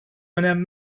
önem